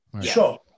sure